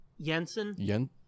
Jensen